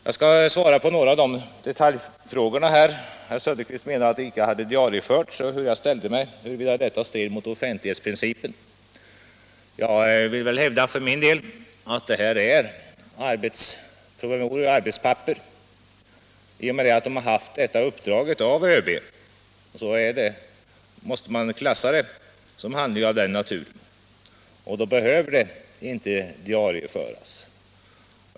Jag skall sedan svara på några av de detaljfrågor herr Söderqvist tog upp. Han påpekade att rapporten inte diarieförts och ifrågasatte om inte detta strider mot offentlighetsprincipen. Jag vill hävda att det rör sig om arbetspapper. I och med att utredarna haft detta uppdrag av ÖB måste man klassa rapporten som handlingar av den naturen, och då behöver den inte diarieföras.